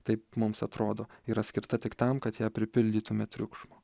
taip mums atrodo yra skirta tik tam kad ją pripildytume triukšmo